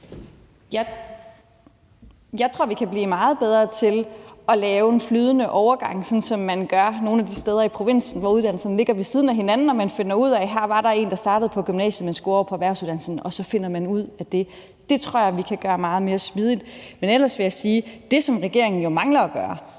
Jeg tror, vi kan blive meget bedre til at lave en flydende overgang, sådan som man gør nogle af de steder i provinsen, hvor uddannelserne ligger ved siden af hinanden, og man finder ud af, at her var der en, der startede på gymnasiet, men skulle over på erhvervsuddannelsen, og så finder man ud af det. Det tror jeg vi kan gøre meget mere smidigt. Men ellers vil jeg sige: Det, som regeringen mangler at gøre,